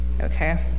Okay